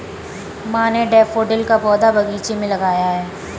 माँ ने डैफ़ोडिल का पौधा बगीचे में लगाया है